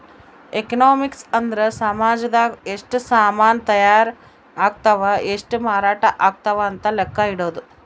economics ಅಂದ್ರ ಸಾಮಜದಾಗ ಎಷ್ಟ ಸಾಮನ್ ತಾಯರ್ ಅಗ್ತವ್ ಎಷ್ಟ ಮಾರಾಟ ಅಗ್ತವ್ ಅಂತ ಲೆಕ್ಕ ಇಡೊದು